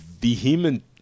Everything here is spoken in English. vehement